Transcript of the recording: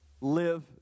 live